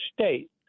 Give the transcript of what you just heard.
state